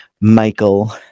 Michael